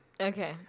Okay